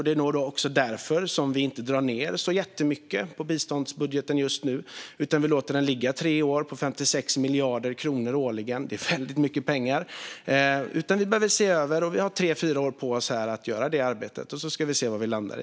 Det är därför vi inte drar ned jättemycket på biståndsbudgeten just nu utan låter den ligga i tre år på 56 miljarder kronor årligen. Det är väldigt mycket pengar. Vi behöver se över detta, och vi har tre fyra år på oss att göra det arbetet. Vi ska se vad vi landar i.